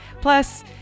Plus